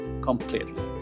completely